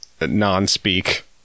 non-speak